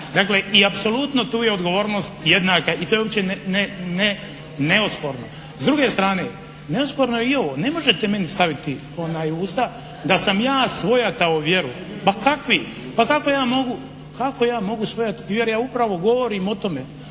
Dakle, i apsolutno tu je odgovornost jednaka i to je uopće neosporno. S druge strane, neosporno je i ovo ne možete meni staviti u usta da sam ja svojatao vjeru. Ma kakvi! Pa kako ja mogu svojatati vjeru. Ja upravo govorim o tome